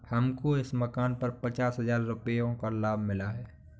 हमको इस मकान पर पचास हजार रुपयों का लाभ मिला है